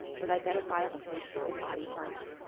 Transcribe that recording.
with identifiable faces and body parts,